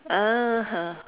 (uh huh)